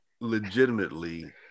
legitimately